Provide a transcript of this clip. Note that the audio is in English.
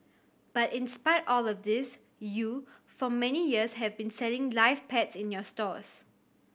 but in spite of all of this you for many years have been selling live pets in your stores